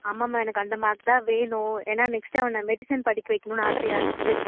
ஆமாம் மேம் எனக்கு அந்த மார்க்ஸ் தான் வேணும் ஏன்னால் நெக்ஸ்ட்டு அவனை மெடிசன் படிக்க வைக்கணும்னு ஆசையாக இருக்குது